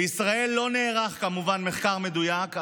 בישראל לא נערך מחקר מדויק,